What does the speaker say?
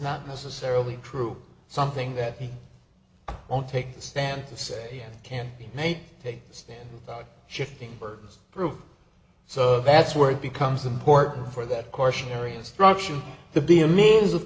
not necessarily true something that he won't take the stand to say can make a stand shifting birds group so that's where it becomes important for that course area struction to be a means of